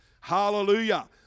Hallelujah